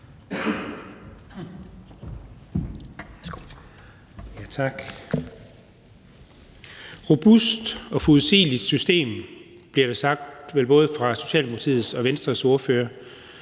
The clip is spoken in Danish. Robust og forudsigeligt system bliver der sagt, vel både fra Socialdemokratiets og Venstres ordfører.